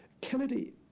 Kennedy